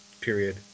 period